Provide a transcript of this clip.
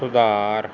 ਸੁਧਾਰ